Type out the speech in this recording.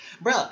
Bro